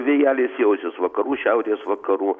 vėjelis jausis vakarų šiaurės vakarų